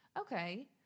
okay